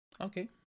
Okay